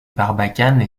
barbacane